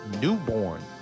Newborn